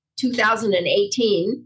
2018